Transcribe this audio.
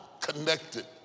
connected